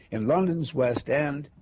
in london's west end,